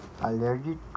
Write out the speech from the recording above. allergic